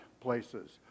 places